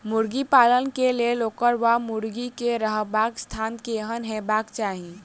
मुर्गी पालन केँ लेल ओकर वा मुर्गी केँ रहबाक स्थान केहन हेबाक चाहि?